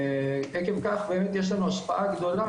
ועקב כך באמת יש לנו השפעה גדולה,